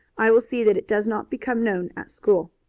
i will see that it does not become known at school.